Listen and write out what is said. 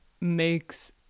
makes